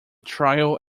trial